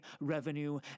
revenue